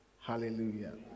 Hallelujah